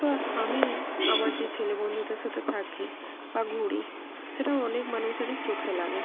তো আমি আমার যে ছেলে বন্ধুদের সাথে থাকি বা ঘুরি সেটা অনেক মানুষেরই চোখে লাগে